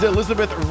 Elizabeth